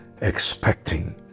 expecting